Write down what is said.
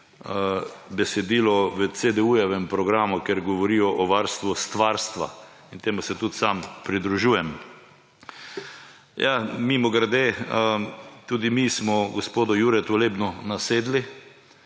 besedilo v programu CDU, kjer govorijo o varstvu stvarstva, in temu se tudi sam pridružujem. Mimogrede, tudi mi smo gospodu Juretu Lebnu nasedli,